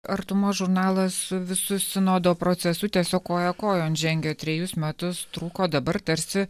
artuma žurnalas su visu sinodo procesu tiesiog koja kojon žengia trejus metus trūko dabar tarsi